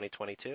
2022